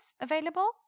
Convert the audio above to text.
available